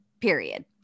period